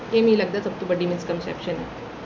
एह् मी लगदा सब तू बड्डी मिस कनशैप्सन ऐ